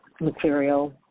material